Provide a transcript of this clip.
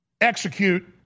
execute